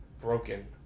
broken